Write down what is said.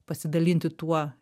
pasidalinti tuo